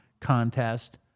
contest